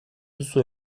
duzu